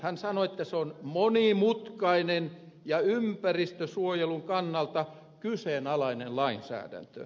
hän puhui monimutkaisesta ja ympäristönsuojelun kannalta kyseenalaisesta lainsäädännöstä